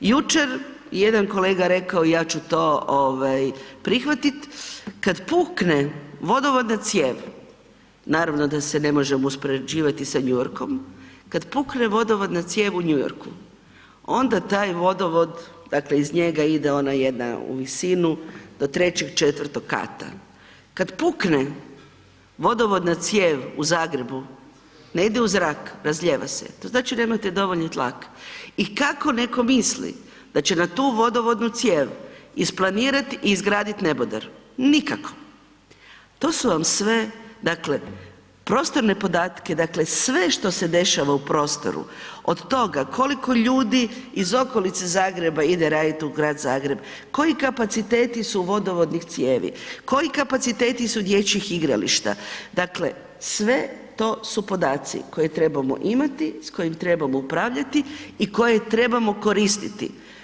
Jučer je jedan kolega rekao ja ću to ovaj prihvatit, kad pukne vodovodna cijev, naravno da se ne možemo uspoređivati sa New Yorkom, kad pukne vodovodna cijev u New Yorku onda taj vodovod, dakle iz njega ide ona jedna u visinu do 3-4 kata, kad pukne vodovodna cijev u Zagrebu, ne ide u zrak, razljeva se, to znači nemate dovoljni tlak i kako neko misli da će na tu vodovodnu cijev isplanirat i izgradit neboder, nikako, to su vam sve, dakle prostorne podatke, dakle sve što se dešava u prostoru, od toga koliko ljudi iz okolice Zagreba ide radit u Grad Zagreb, koji kapaciteti su vodovodnih cijevi, koji kapaciteti su dječjih igrališta, dakle sve to su podaci koje trebamo imati, s kojim trebamo upravljati i koje trebamo koristiti.